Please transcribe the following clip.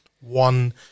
one